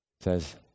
says